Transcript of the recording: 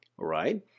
right